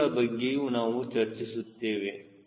ಅವುಗಳ ಬಗ್ಗೆಯೂ ನಾವು ಚರ್ಚಿಸುತ್ತೇವೆ